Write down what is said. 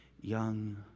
young